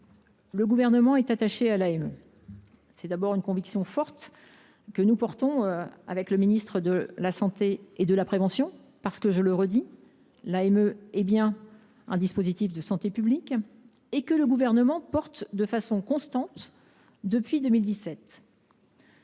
le Gouvernement est attaché à l’AME. C’est d’abord une conviction forte que nous défendons avec le ministre de la santé et de la prévention, parce que l’AME est bien un dispositif de santé publique que le Gouvernement défend de façon constante depuis 2017.